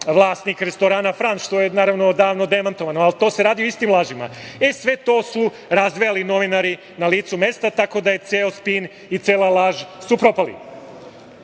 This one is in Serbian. vlasnik restorana „Franš“, što je naravno davno demantovano. Ali, radi se o istim lažima. E, sve to su razvejali novinari na licu mesta, tako da su ceo spin i cela laž propali. Ovaj